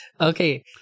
Okay